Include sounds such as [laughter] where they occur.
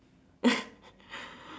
[laughs]